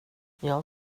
jag